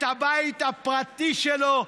את הבית הפרטי שלו?